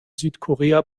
südkorea